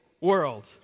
world